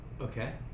Okay